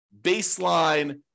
baseline